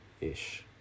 Ish